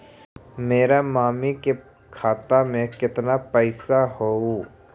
मेरा मामी के खाता में कितना पैसा हेउ?